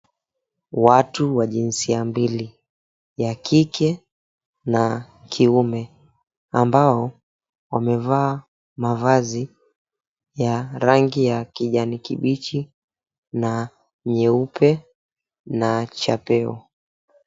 Watu wa jinsia mbili ya kike na kiume, ambao wamevaa mavazi ya rangi ya kijani kibichi na nyeupe na chapeo.